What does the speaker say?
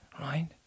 Right